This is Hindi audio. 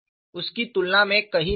उसकी तुलना में कहीं नहीं है